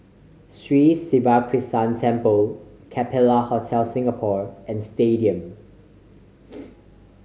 Sri Siva Krishna Temple Capella Hotel Singapore and Stadium